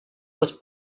was